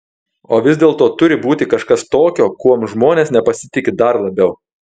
o vis dėlto turi būti kažkas tokio kuom žmonės nepasitiki dar labiau